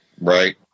right